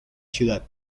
ciudad